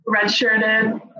redshirted